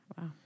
wow